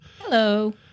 Hello